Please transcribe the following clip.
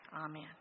Amen